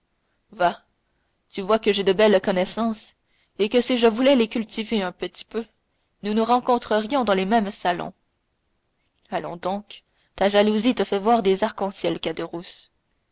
va tu vois que j'ai de belles connaissances et que si je voulais les cultiver un petit peu nous nous rencontrerions dans les mêmes salons allons donc ta jalousie te fait voir des arcs-en-ciel